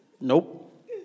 Nope